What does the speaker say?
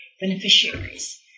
beneficiaries